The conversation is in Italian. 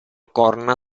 corna